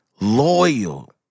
Loyal